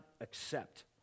accept